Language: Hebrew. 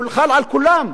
הוא חל על כולם.